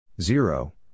Zero